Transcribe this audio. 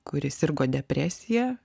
kuri sirgo depresija